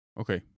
Okay